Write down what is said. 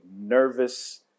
nervous